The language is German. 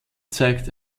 zeigt